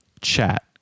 chat